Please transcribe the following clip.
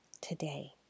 today